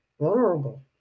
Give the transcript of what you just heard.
vulnerable